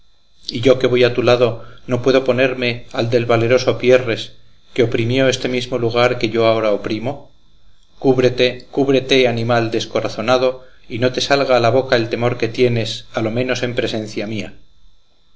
y yo que voy a tu lado no puedo ponerme al del valeroso pierres que oprimió este mismo lugar que yo ahora oprimo cúbrete cúbrete animal descorazonado y no te salga a la boca el temor que tienes a lo menos en presencia mía